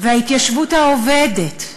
וההתיישבות העובדת,